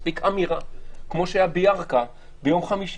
מספיקה אמירה, כמו שהיה בירכא ביום חמישי.